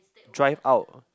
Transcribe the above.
drive out